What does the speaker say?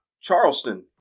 Charleston